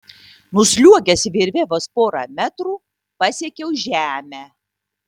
nusliuogęs virve vos porą metrų pasiekiau žemę